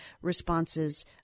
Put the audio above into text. responses